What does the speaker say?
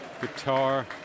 guitar